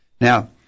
Now